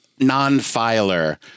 non-filer